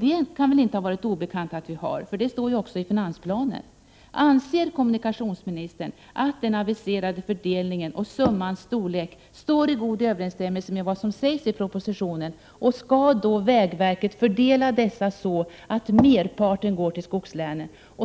Det kan väl inte vara obekant att vi har inflation; det kan man ju utläsa av finansplanen. Anser kommunikationsministern att den aviserade fördelningen och summans storlek står i god överensstämmelse med vad som sägs i propositionen? Skall vägvärket fördela dessa pengar så att merparten går till skogslänen?